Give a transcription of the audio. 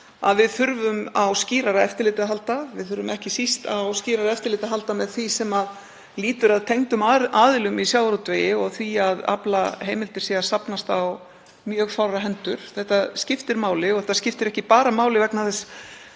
að við þurfum á skýrara eftirliti að halda. Við þurfum ekki síst á skýrara eftirliti að halda með því sem lýtur að tengdum aðilum í sjávarútvegi og því að aflaheimildir séu að safnast á mjög fárra hendur. Þetta skiptir máli og þetta skiptir ekki bara máli vegna þess